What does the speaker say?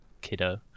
Kiddo